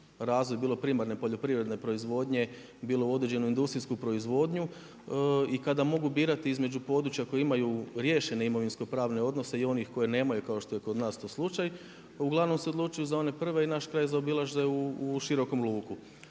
razvoj bilo primarne poljoprivredne proizvodnje, bilo određenu industrijsku proizvodnu i kada mogu birati između područja koja imaju riješene imovinsko pravne odnose i onih koji nemaju kao što je kod nas to slučaj, uglavnom se odlučuju za one prve i naš kraj zaobilaze i širokom luku.